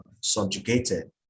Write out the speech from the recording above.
subjugated